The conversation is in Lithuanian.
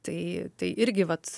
tai tai irgi vat